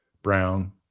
Brown